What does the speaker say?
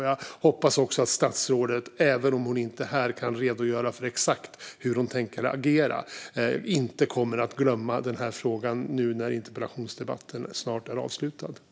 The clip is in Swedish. Jag hoppas att statsrådet inte kommer att glömma den här frågan nu när interpellationsdebatten snart är avslutad, även om hon inte kan redogöra för exakt hur hon tänker agera.